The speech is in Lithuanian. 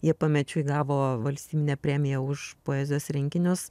jie pamečiui gavo valstybinę premiją už poezijos rinkinius